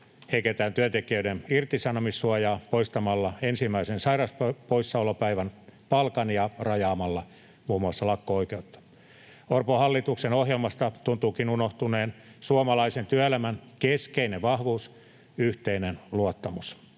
heikentäen työntekijöiden irtisanomissuojaa, poistamalla ensimmäisen sairauspoissaolopäivän palkan ja rajaamalla muun muassa lakko-oikeutta. Orpon hallituksen ohjelmasta tuntuukin unohtuneen suomalaisen työelämän keskeinen vahvuus: yhteinen luottamus.